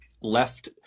left